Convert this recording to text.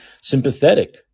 sympathetic